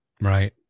right